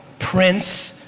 prince,